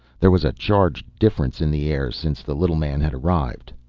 there was a charged difference in the air since the little man had arrived.